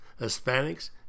Hispanics